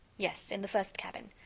yes, in the first cabin.